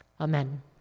Amen